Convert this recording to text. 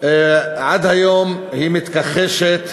עד היום מתכחשת